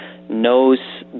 knows